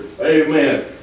amen